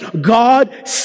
God